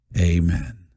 Amen